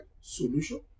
solution